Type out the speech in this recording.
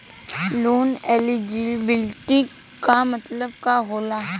Loan eligibility का मतलब का होला?